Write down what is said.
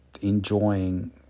enjoying